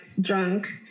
drunk